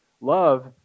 Love